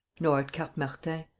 nor at cap martin.